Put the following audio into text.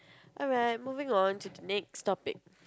alright moving on to the next topic